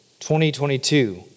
2022